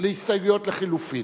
להסתייגויות לחלופין.